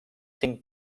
cinc